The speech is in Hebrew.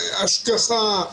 השגחה,